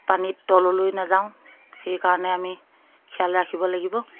পানীত তললৈ নাযাওঁ সেইকাৰণে আমি খিয়াল ৰাখিব লাগিব